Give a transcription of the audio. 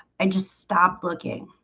and just stopped looking